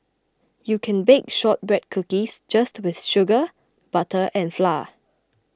you can bake Shortbread Cookies just with sugar butter and flour